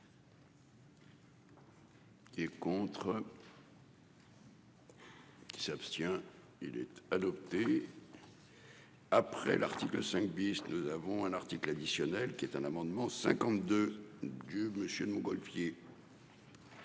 Et contre. Qui s'abstient. Il était adopté. Après l'article 5 bis. Nous avons un article additionnel qui est un amendement 52 Dieu monsieur de Montgolfier.